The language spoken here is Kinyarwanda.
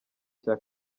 cya